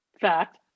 Fact